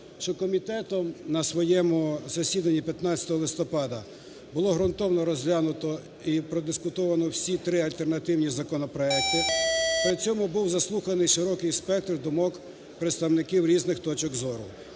комітетом на своєму засіданні 15 листопада було ґрунтовно розглянуто і продискутовано всі три альтернативні законопроекти. При цьому був заслуханий широкий спектр думок представників різних точок зору.